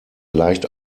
leicht